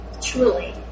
truly